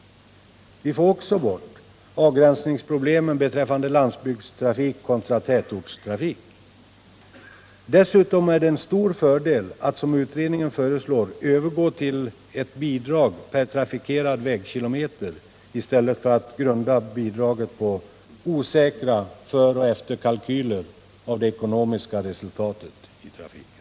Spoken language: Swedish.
Vi får också bort avgränsningsproblemen beträffande landsbygdstrafik kontra tätortstrafik. Dessutom är det en stor fördel att, som utredningen föreslår, övergå till ett bidrag per trafikerad vägkilometer i stället för att grunda bidraget på osäkra föroch efterkalkyler av det ekonomiska resultatet i trafiken.